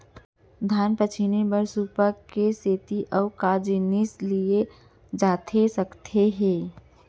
धान पछिने बर सुपा के सेती अऊ का जिनिस लिए जाथे सकत हे?